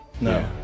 No